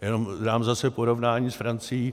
Jenom dám zase porovnání s Francií.